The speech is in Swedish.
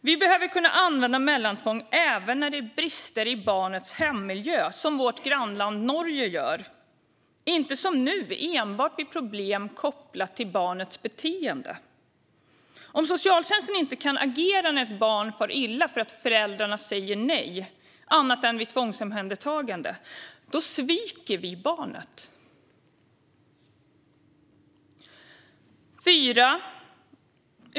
Vi behöver kunna använda mellantvång även när det är brister i barnets hemmiljö, som man gör i vårt grannland Norge, och inte som nu enbart vid problem kopplade till barnets beteende. Om socialtjänsten inte kan agera när ett barn far illa om föräldrarna säger nej, annat än vid tvångsomhändertagande, sviker vi barnet.